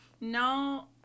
No